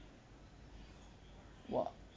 !wah!